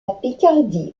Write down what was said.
picardie